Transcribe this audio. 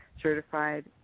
Certified